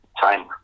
time